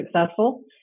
successful